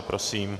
Prosím.